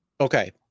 okay